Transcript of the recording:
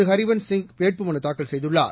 ஹரிவன்ஸ் சிங் வேட்புமனு தாக்கல் செய்துள்ளார்